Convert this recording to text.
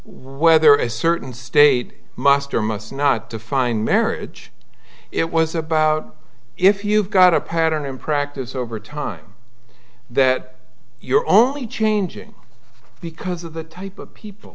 whether a certain state must or must not define marriage it was about if you've got a pattern in practice over time that you're only changing because of the type of people